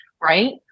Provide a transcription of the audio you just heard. Right